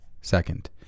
Second